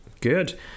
Good